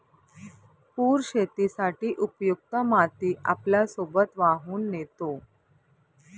पूर शेतीसाठी उपयुक्त माती आपल्यासोबत वाहून नेतो